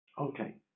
Okay